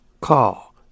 Call